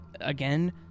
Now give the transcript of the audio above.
again